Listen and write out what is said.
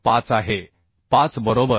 5 आहे 5 बरोबर